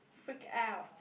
freak out